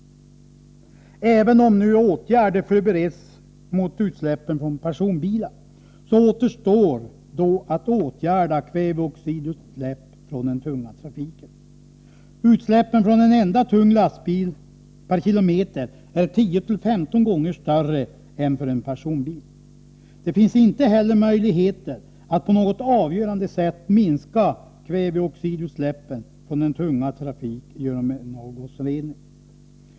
Även om åtgärder nu förbereds mot utsläppen från personbilar, återstår då att åtgärda kväveoxidutsläpp från den tunga trafiken. Utsläppen från en enda tung lastbil per kilometer är 10-15 gånger större än från en personbil. Det finns inte heller möjligheter att på något avgörande sätt minska kväveoxidutsläppen från denna tunga trafik genom avgasrening.